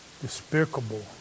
despicable